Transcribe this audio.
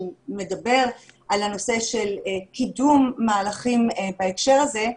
שהוא מדבר על הנושא של קידום מהלכים בהקשר הזה,